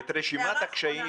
הערה האחרונה.